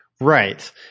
Right